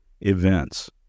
events